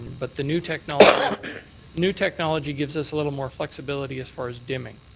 but the new technology new technology gives us a little more flexibility as far as dimming.